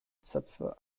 zöpfe